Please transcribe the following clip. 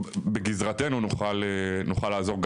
בגזרתנו נוכל לעזור,